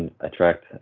attract